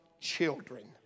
Children